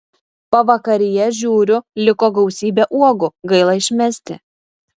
pavakaryje žiūriu liko gausybė uogų gaila išmesti